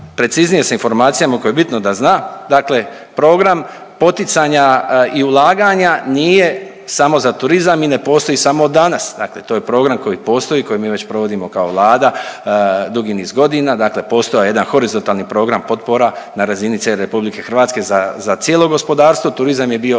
preciznije sa informacijama koje je bitno da zna. Dakle program poticanja i ulaganja nije samo za turizam i ne postoj samo od danas. Dakle to je program koji postoji, koji mi već provodimo kao Vlada dugi niz godina. Dakle postojao je jedan horizontalni program potpora na razini cijele RH za cijelo gospodarstvo. Turizam je bio